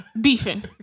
beefing